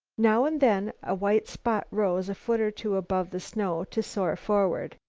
now and then a white spot rose a foot or two above the snow to soar forward.